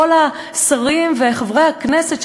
כל השרים וחברי הכנסת,